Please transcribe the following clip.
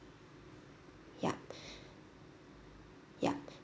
yup yup